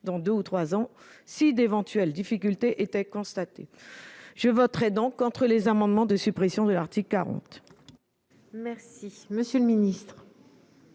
dans deux ou trois ans, si d'éventuelles difficultés devaient être constatées. Je voterai donc contre les amendements visant à supprimer l'article 40.